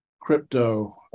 crypto